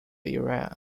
iran